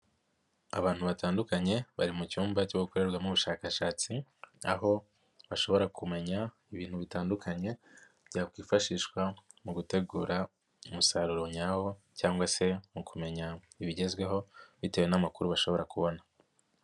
Abantu batandukanye bari mu cyumba cyo gukorerwamo ubushakashatsi, aho bashobora kumenya ibintu bitandukanye, byakwifashishwa mu gutegura umusaruro nyawo cyangwa se mu kumenya ibigezweho, bitewe n'amakuru bashobora kubona.